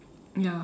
ya